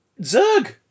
Zerg